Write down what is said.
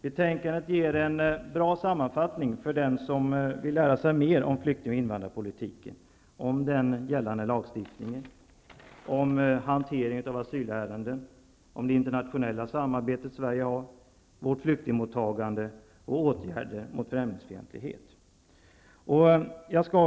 Betänkandet ger en bra sammanfattning för den som vill lära sig mer om flykting och invandrarpolitiken, den gällande lagstiftningen, hanteringen av asylärenden, det internationella samarbetet, flyktingmottagningen och åtgärder mot främlingsfientlighet.